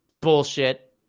Bullshit